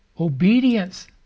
obedience